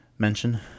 Mention